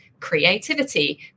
creativity